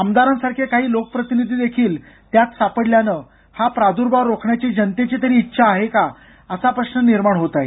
आमदारासारखे काही लोकप्रतिनिधी देखील त्यात सापडल्यानं हा प्रादुर्भाव रोखण्याची जनतेची तरी इच्छा आहे का असा प्रश्न निर्माण होत आहे